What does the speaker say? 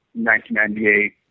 1998